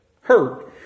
hurt